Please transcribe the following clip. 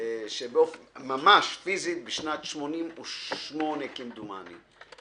ממש פיזית בשנת 88', כמדומני,